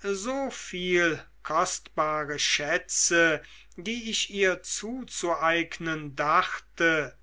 so viel kostbare schätze die ich ihr zuzueignen dachte